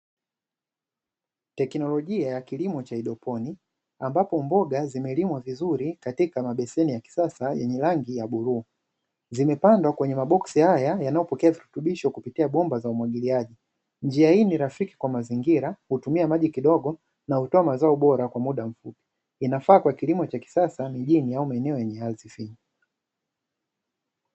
Teknolojia ya kilimo cha haidroponi ambapo mboga zimelimwa vizuri katika mabeseni ya kisasa yenye rangi ya bluu. Zimepandwa kwenye maboksi haya yanayopokea virutubisho kupitia bomba za umwagiliaji. Njia hii rafiki kwa mazingira hutumia maji kidogo na hutoa mazao bora kwa muda mfupi. Inafaa kwa kilimo cha kisasa mjini au maeneo yenye ardhi finyu.